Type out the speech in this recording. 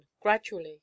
gradually